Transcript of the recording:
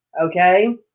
Okay